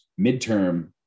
midterm